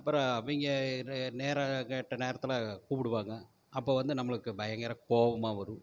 அப்புறோம் அவங்க நேரம் கெட்ட நேரத்தில் கூப்பிடுவாங்க அப்போ வந்து நம்பளுக்கு பயங்கர கோவமாக வரும்